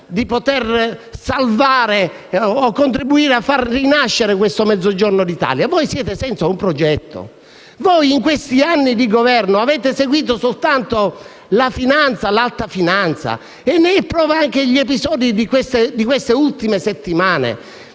di poter salvare o contribuire a far rinascere questo Mezzogiorno d'Italia? Voi siete senza un progetto. In questi anni di governo avete seguito soltanto l'alta finanza e ne sono prova gli episodi di queste ultime settimane,